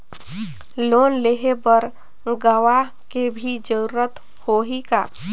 Loan लेहे बर गवाह के भी जरूरत होही का?